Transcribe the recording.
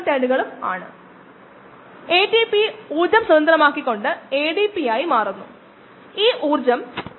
തീർച്ചയായും ഇത് സ്പെക്ട്രോമീറ്റർ പരമാവധി മൂല്യം തുടങ്ങിയവയെ ആശ്രയിച്ചിരിക്കുന്നു